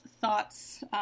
thoughts